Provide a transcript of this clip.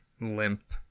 limp